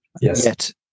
Yes